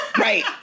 right